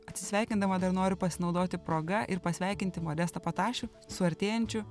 atsisveikindama dar noriu pasinaudoti proga ir pasveikinti modestą patašių su artėjančiu